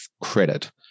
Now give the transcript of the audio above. credit